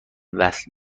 وصل